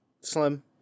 Slim